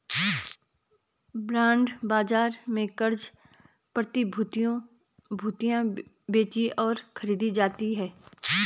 bond बाजार में क़र्ज़ प्रतिभूतियां बेचीं और खरीदी जाती हैं